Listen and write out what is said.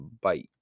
Bye